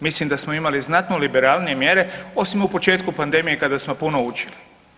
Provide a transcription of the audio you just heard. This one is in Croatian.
Mislim da smo imali znatno liberalnije mjere osim u početku pandemije kada smo puno učili.